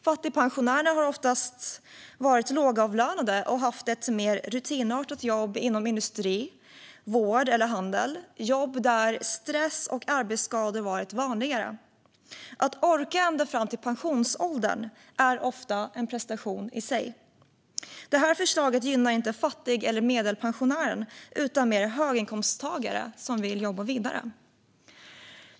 Fattigpensionärerna har oftast varit lågavlönade och haft ett mer rutinartat jobb inom industri, vård eller handel. Det är jobb där stress och arbetsskador varit vanligare. Att orka ända fram till pensionsåldern är ofta en prestation i sig. Det här förslaget gynnar inte fattig eller medelpensionären utan mer höginkomsttagare som vill jobba vidare.